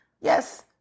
Yes